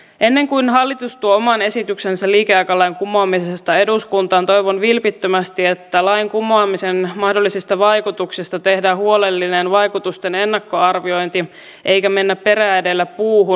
ennen kuin hallitus tuo oman esityksensä liikeaikalain kumoamisesta eduskuntaan toivon vilpittömästi että lain kumoamisen mahdollisista vaikutuksista tehdään huolellinen vaikutusten ennakkoarviointi eikä mennä perä edellä puuhun